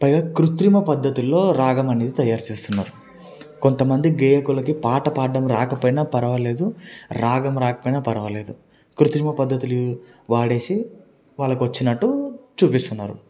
పైగా కృత్రిమ పద్ధతుల్లో రాగమనేది తయారుచేస్తున్నారు కొంతమంది గేయకులకి పాట పాడడం రాకపోయిన పర్వాలేదు రాగం రాకపోయిన పర్వాలేదు కృత్రిమ పద్ధతులు వాడేసి వాళ్లకు వచ్చినట్టు చూపిస్తున్నారు